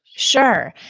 sure.